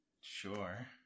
Sure